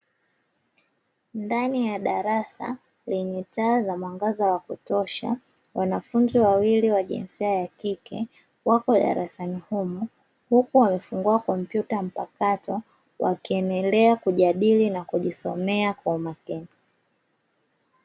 Ndani ya darasa lenye taa za mwangaza wa kutosha, wanafunzi wawili wa jinsia ya kike wamo darasani humo huku wamefungua kompyuta mpakato wakiendelea kujadili na kujisomea kwa makini.